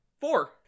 Four